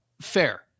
Fair